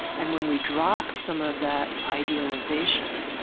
and when we drop some of that idealization,